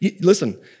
Listen